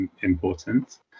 important